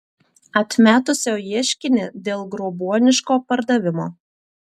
atmetusio ieškinį dėl grobuoniško pardavimo